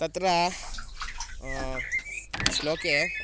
तत्र श्लोके